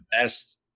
best